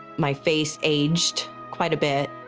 my face aged quite a bit.